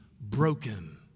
broken